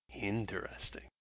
interesting